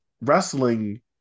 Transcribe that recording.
wrestling